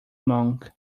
monk